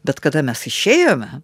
bet kada mes išėjome